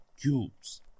cubes